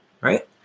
right